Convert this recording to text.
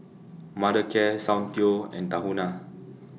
Mothercare Soundteoh and Tahuna